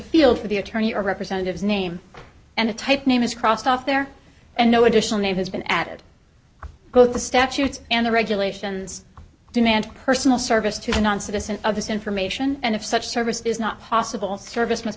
field for the attorney or representatives name and a type name is crossed off there and no additional name has been added both the statutes and the regulations demand personal service to non citizen of this information and if such service is not possible service must